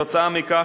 כתוצאה מכך,